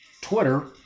Twitter